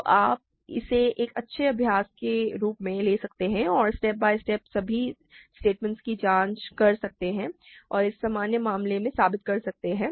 तो आप इसे एक अच्छे अभ्यास के रूप में कर सकते हैं आप स्टेप बाये स्टेप सभी स्टेटमेंट्स की जांच कर सकते हैं और इस सामान्य मामले में साबित कर सकते हैं